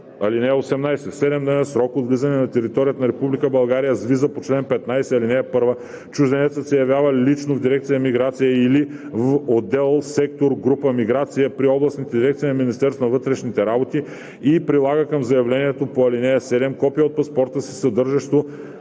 7-дневен срок от влизането на територията на Република България с виза по чл. 15, ал. 1 чужденецът се явява лично в дирекция „Миграция“ или в отдел/сектор/група „Миграция“ при областните дирекции на Министерството на вътрешните работи и прилага към заявлението по ал. 7 копие от паспорта си, съдържащо